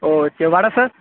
ஓ சரி வடை சார்